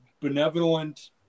benevolent